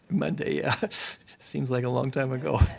monday. it seems like a long time ago.